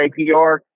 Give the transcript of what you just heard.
APR